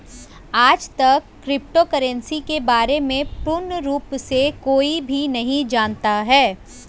आजतक crypto currency के बारे में पूर्ण रूप से कोई भी नहीं जानता है